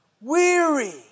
weary